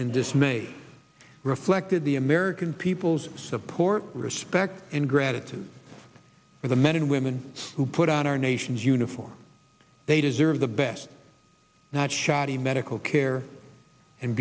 and dismay reflected the american people's support respect and gratitude for the men and women who put on our nation's uniform they deserve the best not shoddy medical care and